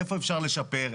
איפה אפשר לשפר,